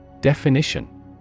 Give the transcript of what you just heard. Definition